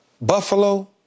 Buffalo